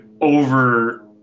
over